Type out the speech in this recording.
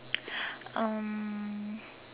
um